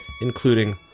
including